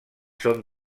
són